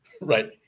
Right